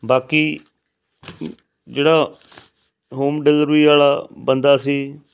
ਬਾਕੀ ਜਿਹੜਾ home delivery ਵਾਲਾ ਬੰਦਾ ਸੀ